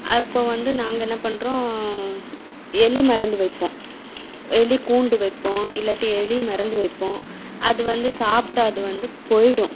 அப்போது வந்து நாங்கள் என்ன பண்ணுறோம் எலி மருந்து வைப்போம் எலி கூண்டு வைப்போம் இல்லாட்டி எலி மருந்து வைப்போம் அது வந்து சாப்பிட்டு அது வந்து போய்விடும்